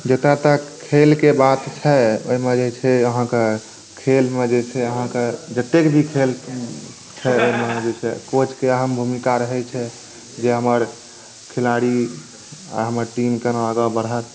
जतय तक खेलके बात छै ओहिमे जे छै अहाँकेँ खेलमे जे छै अहाँकेँ जतेक भी खेल छै ओहिमे जे छै कोचके अहम भूमिका रहैत छै जे हमर खिलाड़ी आ हमर टीम केना आगाँ बढ़त